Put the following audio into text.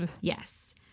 yes